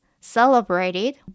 celebrated